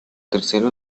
tercero